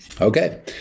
Okay